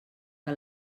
que